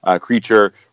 creature